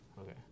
okay